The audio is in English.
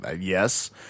yes